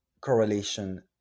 correlation